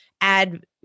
add